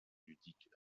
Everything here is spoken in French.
ludique